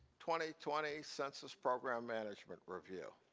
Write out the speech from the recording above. twenty twenty census program management review.